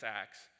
acts